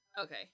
Okay